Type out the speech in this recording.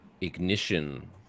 ignition